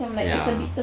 ya